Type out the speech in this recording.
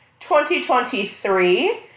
2023